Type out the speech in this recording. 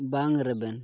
ᱵᱟᱝ ᱨᱮᱵᱮᱱ